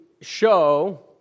show